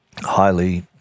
highly